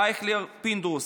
ישראל אייכלר ויצחק פינדרוס,